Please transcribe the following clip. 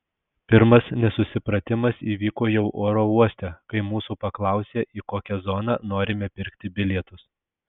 pirmas nesusipratimas įvyko jau oro uoste kai mūsų paklausė į kokią zoną norime pirkti bilietus